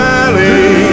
Valley